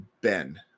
Ben